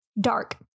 Dark